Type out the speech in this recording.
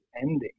ending